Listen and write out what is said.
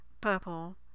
purple